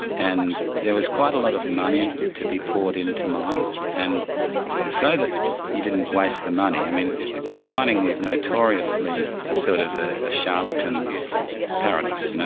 and there was quite a lot of money to be poured into mines and so that you didn't waste the money, i mean mining was notoriously a sort of ah a charlatan's paradise. you know